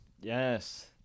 Yes